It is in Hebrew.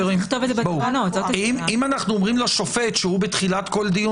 אם אנחנו אומרים לשופט שבתחילת כל דיון